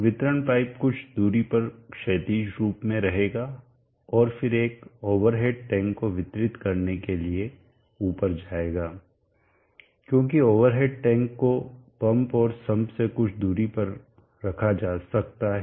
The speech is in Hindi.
वितरण पाइप कुछ दूरी पर क्षैतिज रूप में रहेगा और फिर एक ओवर हेड टैंक को वितरित करने के लिए ऊपर जाएगा क्योंकि ओवर हेड टैंक को पंप और सम्प से कुछ दूरी पर रखा जा सकता है